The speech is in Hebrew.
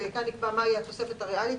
מהי התוספת הריאלית.